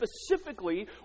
specifically